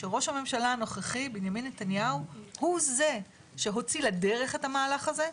שראש הממשלה הנוכחי בנימין נתניהו הוא זה שהוציא לדרך את המהלך הזה,